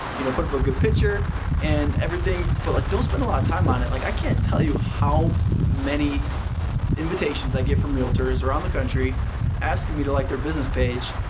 you know put up a good picture and everything but like don't spend a lot of time on it. like i can't tell you how many invitations i get from realtors around the country asking me to like their business page.